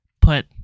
put